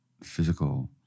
physical